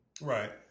Right